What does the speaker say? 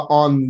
on